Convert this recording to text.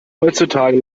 heutzutage